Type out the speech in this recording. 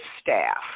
staff